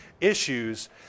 issues